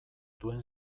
duen